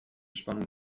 spannung